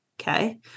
okay